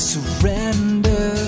surrender